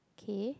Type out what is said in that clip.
K